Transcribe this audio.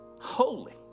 holy